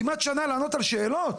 כמעט שנה לענות על שאלות?